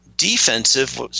defensive